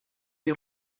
die